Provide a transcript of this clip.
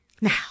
Now